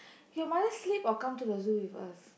your mother sleep or come to the zoo with us